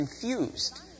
confused